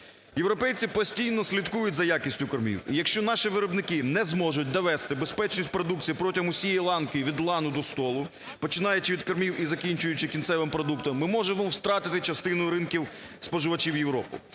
Європейці постійно слідкують за якістю кормів. І якщо наші виробники не зможуть довести безпечність продукції протягом усієї ланки від лану до столу, починаючи від кормів і закінчуючи кінцевим продуктом, ми можемо втратити частину ринків споживачів в Європі.